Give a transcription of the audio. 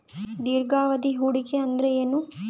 ದೀರ್ಘಾವಧಿ ಹೂಡಿಕೆ ಅಂದ್ರ ಏನು?